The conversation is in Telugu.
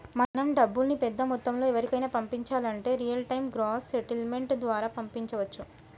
మనం డబ్బుల్ని పెద్ద మొత్తంలో ఎవరికైనా పంపించాలంటే రియల్ టైం గ్రాస్ సెటిల్మెంట్ ద్వారా పంపించవచ్చు